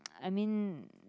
I mean